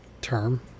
term